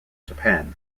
japan